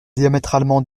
diamétralement